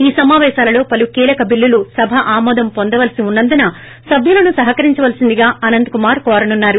ఈ సమాపేశాలలో పలు కీలక బిల్లులు సభ ఆమోదం పొందవలసి ఉన్న ందున సభ్యులను సహకరించవలసిందిగా అనంతకుమార్ కోరనున్నారు